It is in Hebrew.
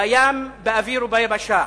בים, באוויר וביבשה,